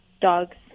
dogs